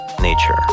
Nature